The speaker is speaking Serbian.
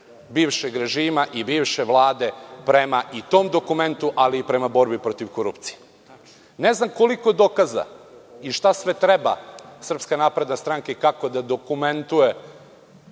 bivšeg režima i bivše Vlade prema i tom dokumentu, ali i prema borbi protiv korupcije. Ne znam koliko dokaza i šta sve treba SNS, kako da dokumentuje